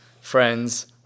Friends